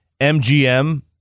MGM